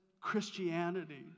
Christianity